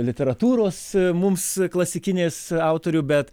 literatūros mums klasikinės autorių bet